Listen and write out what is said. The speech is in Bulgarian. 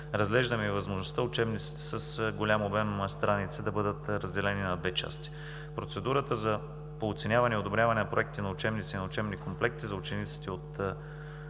Разглеждаме и възможността учебниците с голям обем страници да бъдат разделени на две части. Процедурата по оценяване и одобряване на проектите на учебници и на учебни комплекти за учениците от